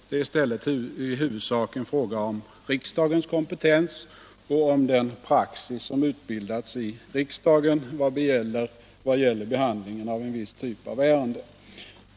Det är i stället i huvudsak en fråga om riksdagens kompetens och om den praxis som utformats i riksdagen vad gäller behandlingen av en viss typ av ärenden.